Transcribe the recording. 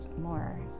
more